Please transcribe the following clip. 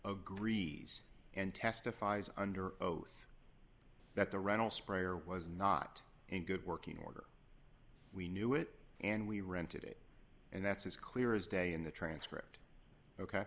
of greed and testifies under oath that the rental sprayer was not in good working order we knew it and we rented it and that's as clear as day in the transcript ok